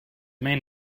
man